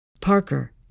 Parker